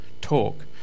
talk